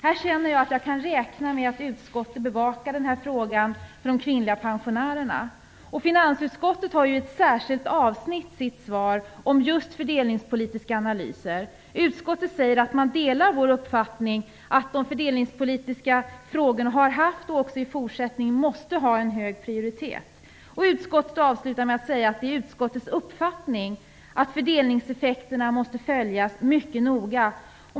Här känner jag att jag kan räkna med att utskottet bevakar frågan med tanke på de kvinnliga pensionärerna. Finansutskottet har i ett särskilt avsnitt sitt svar om just fördelningspolitiska analyser. Utskottet säger att man delar vår uppfattning att de fördelningspolitiska frågorna har haft, och att de också i fortsättningen måste ha, hög prioritet. Utskottet avslutar med att säga att det är utskottets uppfattning att fördelningseffekterna måste följas mycket noga.